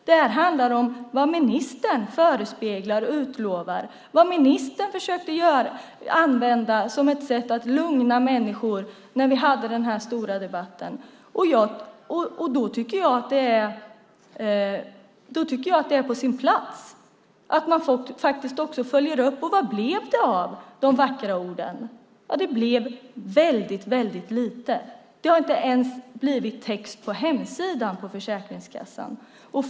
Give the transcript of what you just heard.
Det handlar om vad ministern förespeglar och utlovar, vad ministern försöker göra som ett sätt att lugna människor när vi hade den här stora debatten. Då tycker jag att det är på sin plats att man faktiskt också följer upp vad det blev av de vackra orden. Det blev väldigt lite. Det har inte ens blivit text på Försäkringskassans hemsida.